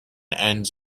ends